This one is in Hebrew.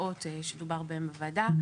ההוצאות שדובר בהן בוועדה.